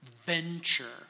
venture